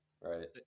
right